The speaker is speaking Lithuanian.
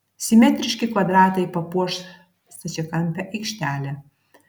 simetriški kvadratai papuoš stačiakampę aikštelę